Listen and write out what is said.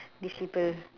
these people